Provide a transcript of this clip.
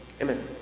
amen